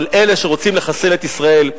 אבל אלה שרוצים לחסל את ישראל,